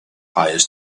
hires